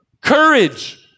courage